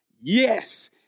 Yes